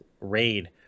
raid